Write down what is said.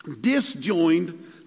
disjoined